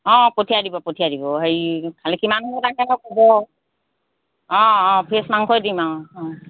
অঁ পঠিয়াই দিব পঠিয়াই দিব হেৰি খালী কিমান সময়ত আহে ক'ব অঁ অঁ ফ্ৰেছ মাংসই দিম আৰু অঁ